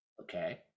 okay